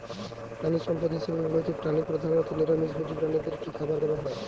প্রাণিসম্পদ হিসেবে ব্যবহৃত প্রাণী প্রধানত নিরামিষ ভোজী প্রাণীদের কী খাবার দেয়া হয়?